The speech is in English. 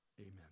Amen